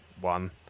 one